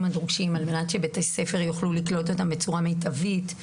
הדרושים על מנת שבתי הספר יוכלו לקלוט אותם בצורה מיטבית.